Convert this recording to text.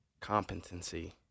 competency